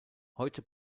heute